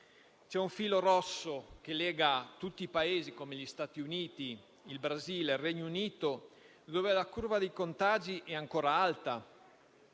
C'è un filo rosso che lega tutti i Paesi come gli Stati Uniti, il Brasile e il Regno Unito, dove la curva dei contagi è ancora alta,